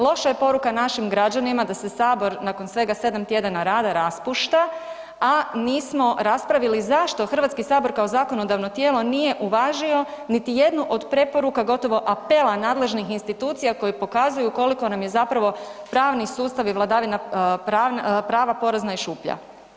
Loša je poruka našim građanima da se sabor nakon svega 7 tjedana rada raspušta, a nismo raspravili zašto Hrvatski sabor kao zakonodavno tijelo nije uvažio niti jednu od preporuka gotovo apela nadležnih institucija koji pokazuju koliko nam je zapravo pravni sustav i vladavina prava porazna i šuplja.